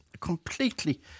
completely